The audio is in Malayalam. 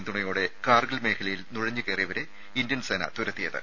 പിന്തുണയോടെ കാർഗിൽ മേഖലയിൽ നുഴഞ്ഞു കയറിയവരെ ഇന്ത്യൻ സേന തുരത്തിയത്